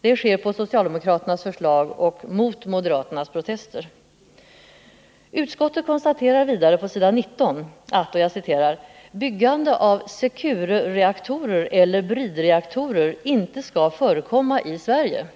Detta sker på socialdemokraternas förslag och mot moderaternas protester. eller bridreaktorer inte skall förekomma i Sverige”.